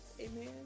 Amen